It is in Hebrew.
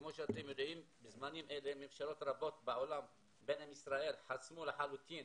כמו שאתם יודעים בזמנים אלה ממשלות רבות בעולם ביניהן ישראל חסמו לחלוטין